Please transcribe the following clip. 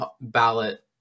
ballot